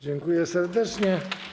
Dziękuję serdecznie.